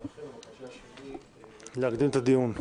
ולכן הבקשה שלי היא -- להקדים את דיון.